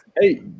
hey